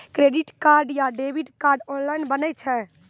Credit card या debit card online बनै छै?